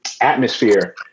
atmosphere